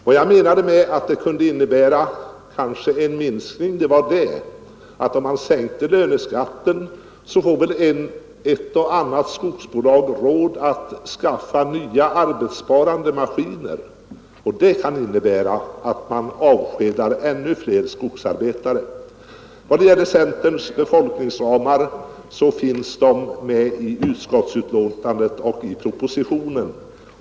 Vad jag menade med att det kanske kunde innebära en minskning av arbetstillfällena var att om man sänkte löneskatten skulle väl ett och annat skogsbolag få råd att skaffa nya arbetsbesparande skogsmaskiner och detta kan innebära att man avskedar ännu fler skogsarbetare. Vad det gäller centerns befolkningsramar finns de med i utskottets betänkande och i propositionen.